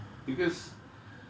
the the local drug dealer